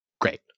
great